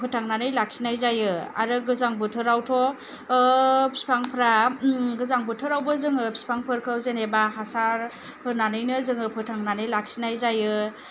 फोथांनानै लाखिनाय जायो आरो गोजां बोथोरावथ' बिफांफोरा गोजां बोथोरावबो जोङो बिफांफोरखौ जेनेबा हासार होनानैनो जोङो लाखिनाय जायो